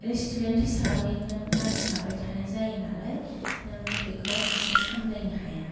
restaurant हिसाबै नों मानसि हाबबाय थानाय जायो नालाय नों बेखौ हारसिं सामलायनो हाया